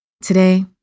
Today